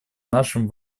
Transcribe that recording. нашим